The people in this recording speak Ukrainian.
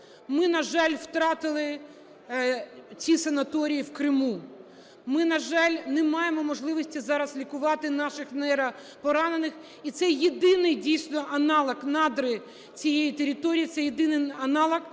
Ми, на жаль, втратили ці санаторії в Криму, ми, на жаль, не маємо можливості зараз лікувати наших нейропоранених. І це єдиний дійсно аналог, надра цієї території – це єдиний аналог,